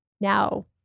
now